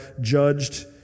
judged